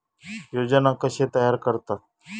योजना कशे तयार करतात?